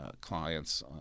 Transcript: clients